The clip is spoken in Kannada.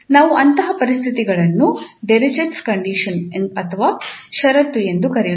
ನಾವು ಅಂತಹ ಪರಿಸ್ಥಿತಿಗಳನ್ನು ಡಿರಿಚ್ಲೆಟ್ನ ಷರತ್ತು Dirichlet's condition ಎಂದು ಕರೆಯುತ್ತೇವೆ